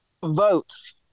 Votes